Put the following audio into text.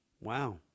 Wow